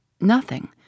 Nothing